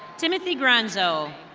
timothy granzo.